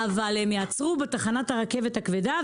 אבל הם יעצרו בתחנת הרכבת הכבדה,